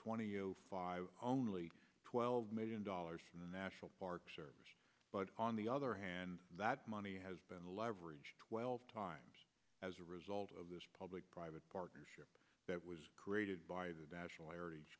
twenty five only twelve million dollars from the national park service but on the other hand that money has been leveraged twelve times as a result of this public private partnership that was created by the national average